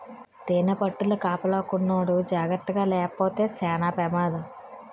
తేనిపట్టుల కాపలాకున్నోడు జాకర్తగాలేపోతే సేన పెమాదం